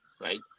right